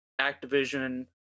Activision